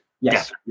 Yes